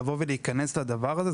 לבוא ולהיכנס לדבר הזה.